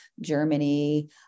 germany